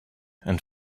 and